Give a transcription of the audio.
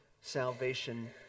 salvation